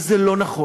אז זה לא נכון.